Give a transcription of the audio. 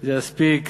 זה יספיק,